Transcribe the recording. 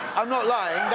i'm not lining.